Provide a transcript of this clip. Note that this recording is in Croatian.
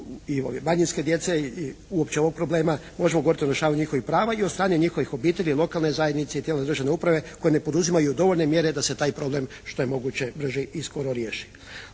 i manjinske djece i uopće ovog problema možemo govoriti o rješavanju njihovih prava i od strane njihovih obitelji, lokalne zajednice i tijela državne uprave koji ne poduzimaju dovoljne mjere da se taj problem što je moguće brže i skoro riješi.